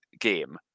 game